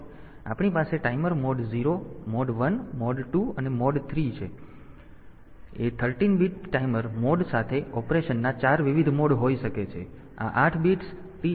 તેથી આપણી પાસે ટાઈમર મોડ 0 મોડ 1 મોડ 2 અને મોડ 3 છે અને મોડ 0 એ 13 બીટ ટાઈમર મોડ સાથે ઓપરેશનના 4 વિવિધ મોડ હોઈ શકે છે